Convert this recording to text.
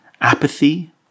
apathy